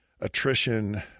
attrition